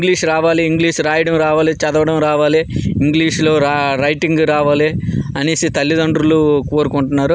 English రావాలి English రాయడం రావాలి చదవడం రావాలి ఇంగ్లీషులో రైటింగ్ రావాలి అనేసి తల్లితండ్రులు కోరుకుంటున్నారు